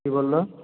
की बोललहो